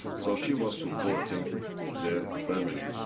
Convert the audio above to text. so she was supporting the family.